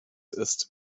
ist